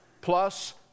plus